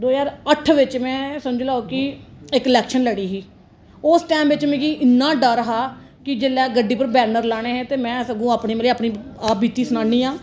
दो ज्हार अट्ठ बिच में समझी लैओ कि इक इलैक्शन लड़ी ही उस टैंम बिच में मिगी इन्ना डर हा कि जिसलै गड्डी उपर बैनर लाने हे ते में सगुआं अपनी आप बीती सनानी आं